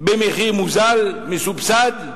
במחיר מוזל מסובסד.